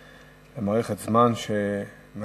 למערכת זמן שמאפשרים לנו.